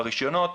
ברישיונות,